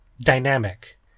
dynamic